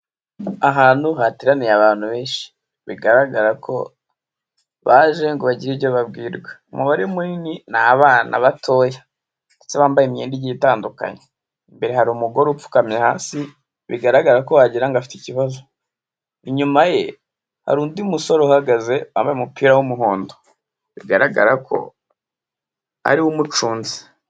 Ahantu hateraniye abantu benshi, bigaragara ko baje ngo bagire ibyo babwirwa, umubare munini ni abana batoya ndetse wambaye imyenda itandukanye, imbere hari umugore upfukamye hasi, bigaragara ko wagira ngo afite ikibazo, inyuma ye hari undi musore uhagaze wambaye umupira w'umuhondo, bigaragara ko ari we umucunze.